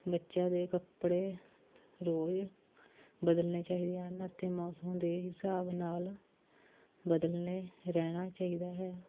ਬੱਚਿਆਂ ਦੇ ਕੱਪੜੇ ਰੋਜ਼ ਬਦਲਣੇ ਚਾਹੀਦੇ ਹਨ ਅਤੇ ਮੌਸਮ ਦੇ ਹਿਸਾਬ ਨਾਲ ਬਦਲਣੇ ਰਹਿਣਾ ਚਾਹੀਦਾ ਹੈ